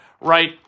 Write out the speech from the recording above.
right